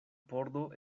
pordo